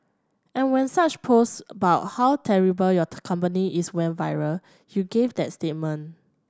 and when such post bout how terrible your company is went viral you gave that statement